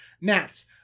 gnats